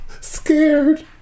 scared